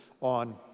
on